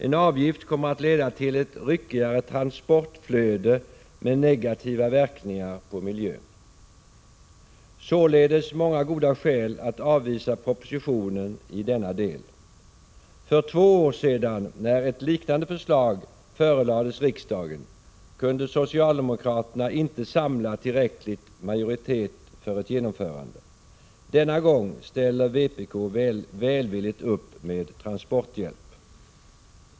En avgift kommer att leda till ett ryckigare transportflöde med negativa verkningar på miljön. Således finns många goda skäl till att avvisa propositionen i denna del. För två år sedan, när ett liknande förslag förelades riksdagen, kunde socialdemokraterna inte samla tillräcklig majoritet för ett genomförande — denna gång ställer vpk välvilligt upp med transporthjälp.